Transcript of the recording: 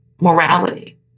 morality